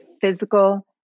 physical